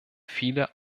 viele